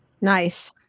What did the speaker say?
Nice